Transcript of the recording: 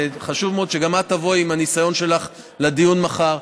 חשוב מאוד שגם את תבואי עם הניסיון שלך לדיון מחר.